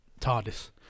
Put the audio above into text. TARDIS